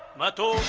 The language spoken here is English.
macho.